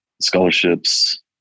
scholarships